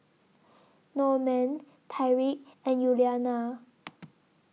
Normand Tyriq and Yuliana